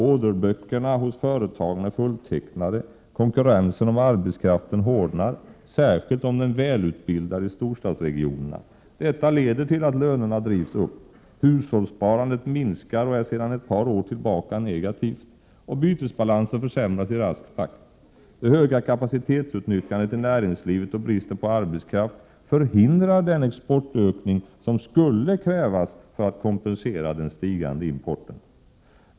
Orderböckerna hos företagen är fulltecknade, konkurrensen om arbetskraften hårdnar, särskilt om den välutbildade i storstadsregionerna. Detta leder till att lönerna drivs upp. Hushållssparandet minskar och är sedan ett par år tillbaka negativt, och bytesbalansen försämras i rask takt. Det höga kapacitetsutnyttjandet i näringslivet och bristen på arbetskraft förhindrar den exportökning som skulle krävas för att kompensera den stigande importen.